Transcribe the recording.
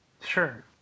Sure